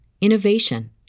innovation